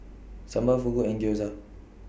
Sambar Fugu and Gyoza